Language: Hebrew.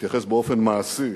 להתייחס באופן מעשי